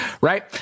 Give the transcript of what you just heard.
right